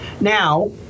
Now